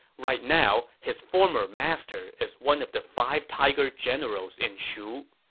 right now, his former master is one of the five tiger generals in shu.